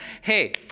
hey